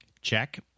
Check